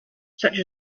such